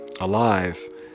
alive